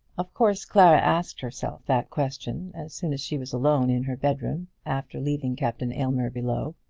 of course clara asked herself that question as soon as she was alone in her bedroom, after leaving captain aylmer below.